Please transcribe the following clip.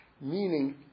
meaning